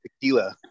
tequila